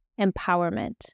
empowerment